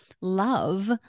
love